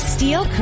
Steel